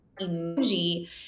emoji